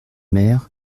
mer